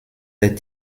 des